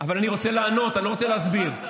בוא תסביר לי, סגן השר, אבל אני רוצה לענות.